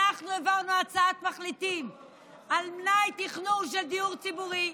אנחנו העברנו הצעת מחליטים על מלאי תכנון של דיור ציבורי,